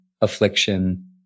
affliction